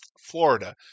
Florida